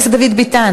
חבר הכנסת דוד ביטן,